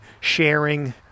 sharing